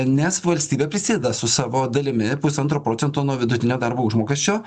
nes valstybė prisideda su savo dalimi pusantro procento nuo vidutinio darbo užmokesčio